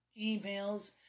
emails